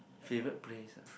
favourite place ah